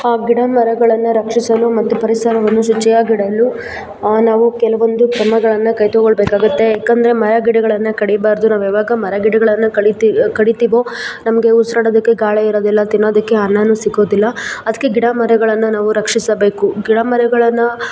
ಆ ಗಿಡ ಮರಗಳನ್ನು ರಕ್ಷಿಸಲು ಮತ್ತು ಪರಿಸರವನ್ನು ಶುಚಿಯಾಗಿಡಲು ಆ ನಾವು ಕೆಲವೊಂದು ಕ್ರಮಗಳನ್ನು ಕೈಗೊಳ್ಬೇಕಾಗುತ್ತೆ ಏಕೆಂದ್ರೆ ಮರಗಿಡಗಳನ್ನು ಕಡಿಬಾರದು ನಾವು ಯಾವಾಗ ಮರಗಿಡಗಳನ್ನು ಕಡಿತಿ ಕಡೀತೀವೋ ನಮಗೆ ಉಸಿರೋಡೋದಕ್ಕೆ ಗಾಳಿ ಇರೋದಿಲ್ಲ ತಿನ್ನೋದಕ್ಕೆ ಅನ್ನನೂ ಸಿಕ್ಕೋದಿಲ್ಲ ಅದಕ್ಕೆ ಗಿಡಮರಗಳನ್ನು ನಾವು ರಕ್ಷಿಸಬೇಕು ಗಿಡಮರಗಳನ್ನು